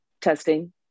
testing